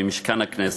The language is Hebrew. במשכן הכנסת.